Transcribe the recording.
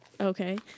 Okay